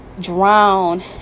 drown